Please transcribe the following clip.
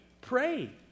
Pray